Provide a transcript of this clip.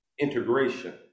integration